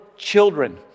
children